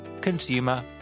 consumer